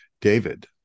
David